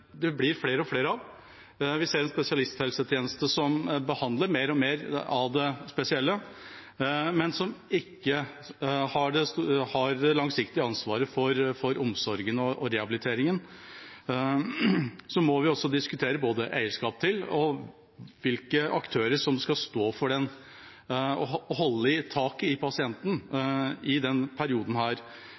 blir flere og flere av. Vi ser en spesialisthelsetjeneste som behandler mer og mer av det spesielle, men som ikke har det langsiktige ansvaret for omsorgen og rehabiliteringen. Og så må vi diskutere både eierskap og hvilke aktører som skal stå for det og holde tak i pasienten i denne perioden,